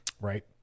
right